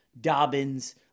Dobbins